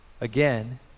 again